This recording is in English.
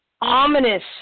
ominous